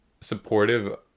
supportive